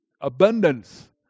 abundance